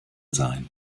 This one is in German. sein